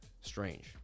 Strange